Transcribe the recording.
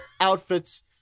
outfits